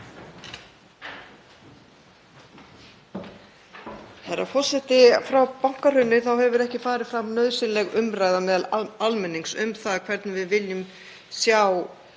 Herra forseti. Frá bankahruni hefur ekki farið fram nauðsynleg umræða meðal almennings um það hvernig við viljum sjá